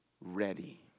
ready